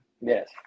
yes